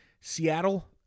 Seattle